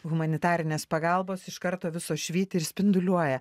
humanitarinės pagalbos iš karto visos švyti ir spinduliuoja